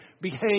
behave